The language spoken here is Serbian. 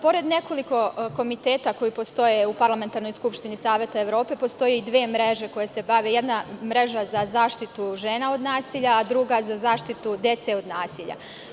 Pored nekoliko komiteta koji postoje u Parlamentarnoj skupštini Saveta Evrope, postoje i dve mreže, jedna za zaštitu žena od nasilja, a druga za zaštitu dece od nasilja.